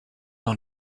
dans